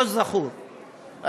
לא זכור,